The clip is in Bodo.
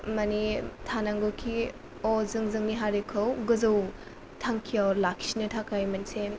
माने थानांगौखि अ' जों जोंनि हारिखौ गोजौ थांखियाव लाखिनो थाखाय मोनसे